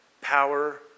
power